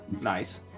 Nice